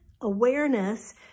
awareness